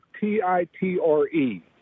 T-I-T-R-E